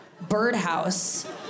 birdhouse